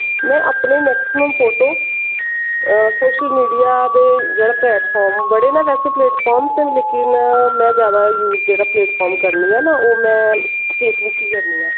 में अपने maximum photo social media दे जेह्ड़े प्लैटफार्म बड़े नै लेकिन प्लैटफार्म लेकिन में जेह्ड़ा प्लैटफार्म यूस करनी आं ना ओह् मैं फेसबुक ई करनी आं